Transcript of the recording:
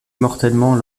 mortellement